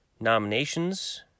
nominations